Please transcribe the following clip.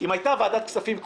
אם הייתה ועדת כספים קבועה,